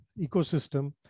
ecosystem